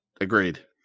Agreed